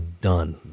done